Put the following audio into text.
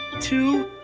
to